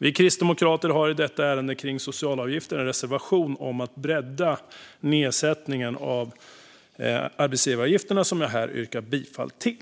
Vi kristdemokrater har i detta ärende om socialavgifter en reservation om att bredda nedsättningen av arbetsgivaravgifterna, som jag härmed yrkar bifall till.